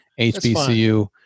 HBCU